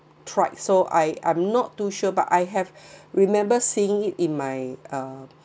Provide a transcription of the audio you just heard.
tried so I I'm not too sure but I have remember seeing it in my uh